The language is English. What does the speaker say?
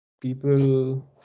people